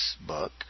book